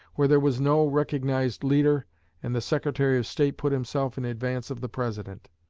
where there was no recognized leader and the secretary of state put himself in advance of the president.